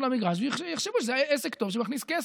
למגרש ויחשבו שזה עסק טוב שמכניס כסף.